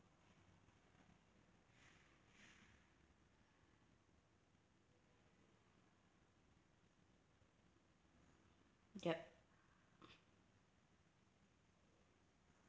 yup